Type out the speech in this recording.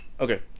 Okay